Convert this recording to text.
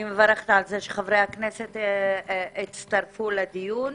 אני מברכת על כך שחברי הכנסת הצטרפו לדיון.